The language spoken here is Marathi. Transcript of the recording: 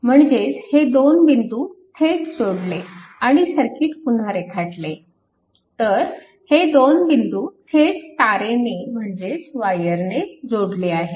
म्हणजेच हे दोन बिंदू थेट जोडले आणि सर्किट पुन्हा रेखाटले तर हे दोन बिंदू थेट तारेने म्हणजेच वायरने जोडले आहेत